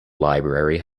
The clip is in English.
library